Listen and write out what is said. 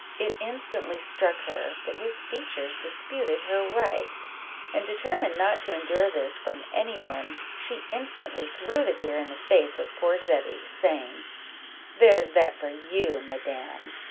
it instantly struck her, that his features disputed her right and, determined not to endure this from any one, she instantly threw the beer in the face of poor zebby, saying there's that for you, madam.